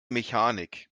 mechanik